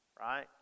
right